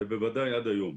ובוודאי עד היום.